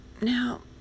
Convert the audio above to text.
Now